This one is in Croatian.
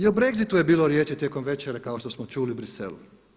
I o Brexitu je bilo riječi tijekom večere kao što smo čuli u Bruxellesu.